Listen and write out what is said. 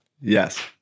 yes